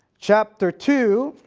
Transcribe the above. chapter two